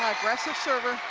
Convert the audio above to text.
aggressive server.